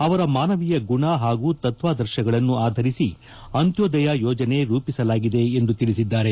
ಅವರ ಮಾನವೀಯ ಗುಣ ಹಾಗೂ ತತ್ವಾದರ್ಶಗಳನ್ನು ಆಧರಿಸಿ ಅಂತ್ಯೋದಯ ಯೋಜನೆ ರೂಪಿಸಲಾಗಿದೆ ಎಂದು ತಿಳಿಸಿದ್ದಾರೆ